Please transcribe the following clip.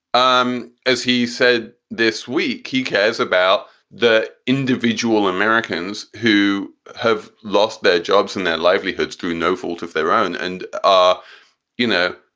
um as he said this week, he cares about the individual americans who have lost their jobs and their livelihoods through no fault of their own. and, ah you know,